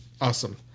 awesome